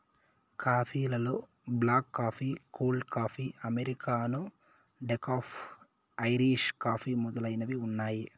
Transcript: coffee లలో black coffee, cold coffee, americano, decaf, Irish coffee మొదలైనవి ఉన్నాయి